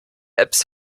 apps